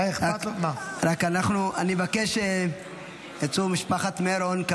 --- אני מבקש להתנצל בפני משפחת מרון שיצאה.